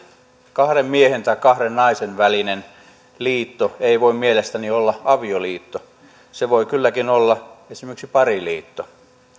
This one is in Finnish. kahden miehen tai kahden naisen välinen liitto ei voi mielestäni olla avioliitto se voi kylläkin olla esimerkiksi pariliitto